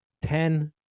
Ten